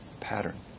pattern